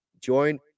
Join